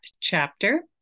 chapter